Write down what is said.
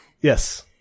Yes